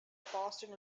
boston